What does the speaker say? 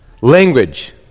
language